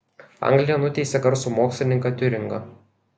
anglija nuteisė garsų mokslininką tiuringą